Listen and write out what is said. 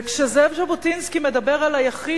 כשזאב ז'בוטינסקי מדבר על היחיד,